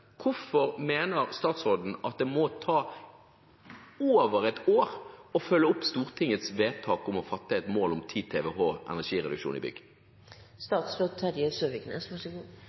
Hvorfor mener statsråden at det må ta over et år å følge opp Stortingets vedtak om å fatte et mål om 10 TWh energireduksjon i